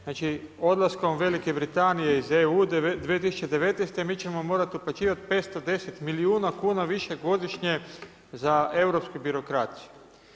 Znači, odlukom Velikom Britanije iz EU, 2019. mi ćemo morati uplaćivati 510 milijuna kuna više godišnjeg za europsku birokraciju.